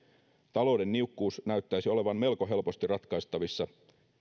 talouden niukkuus näyttäisi olevan melko helposti ratkaistavissa